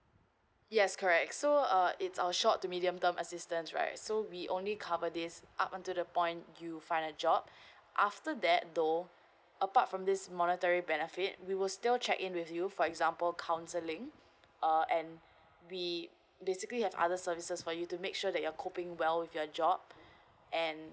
yes correct so uh it's our short to medium term assistance right so we only cover this up until the point you find a job after that though apart from this monetary benefit we were still check in with you for example counselling uh and we basically have other services for you to make sure that you're coping well with your job and